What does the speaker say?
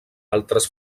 altres